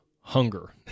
hunger